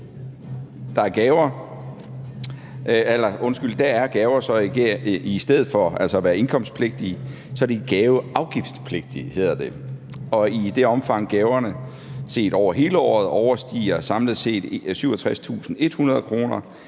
Der er gaver i stedet for at være indkomstskattepligtige gaveafgiftspligtige, hedder det. Og i det omfang, gaverne set over hele året overstiger samlet set 67.100 kr.,